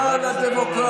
נאבקים למען הדמוקרטיה.